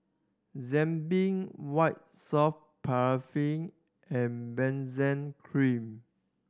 Zappy White Soft Paraffin and Benzac Cream